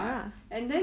ya